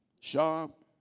sharp?